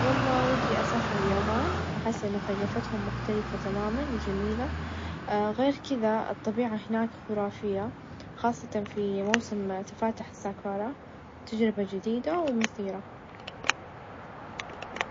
هوايتي المفضلة هي السفر استمتع فيها لأنها تخليني استكشف أماكن ،وثقافات جديدة، أتعرف على ناس مختلفة، أحس إنه يفتح لك آفاق جديدة ،ويغير الروتين.